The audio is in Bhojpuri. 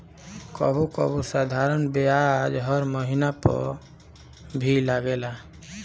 कबो कबो साधारण बियाज हर महिना पअ भी लागेला